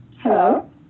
Hello